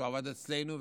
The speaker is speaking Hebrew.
שעבד אצלנו,